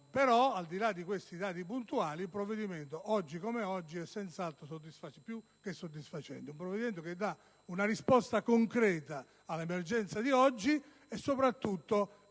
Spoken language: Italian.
Al di là di questi dati puntuali, il provvedimento oggi è senz'altro più che soddisfacente. È un provvedimento che dà una risposta concreta all'emergenza di oggi e soprattutto